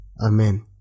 Amen